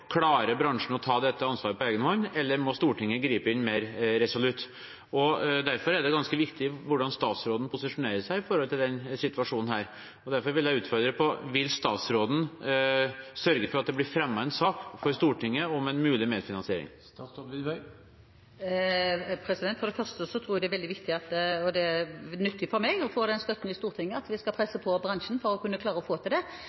bransjen klarer å ta dette ansvaret på egen hånd eller om Stortinget må gripe inn mer resolutt. Derfor er det ganske viktig hvordan statsråden posisjonerer seg i forhold til denne situasjonen, og derfor vil jeg utfordre: Vil statsråden sørge for at det blir fremmet en sak for Stortinget om en mulig medfinansiering? For det første tror jeg at det er veldig viktig og nyttig for meg å få denne støtten i Stortinget, at vi skal presse på bransjen for å kunne klare å få til